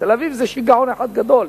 תל-אביב זה שיגעון אחד גדול,